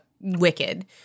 Wicked